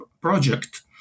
project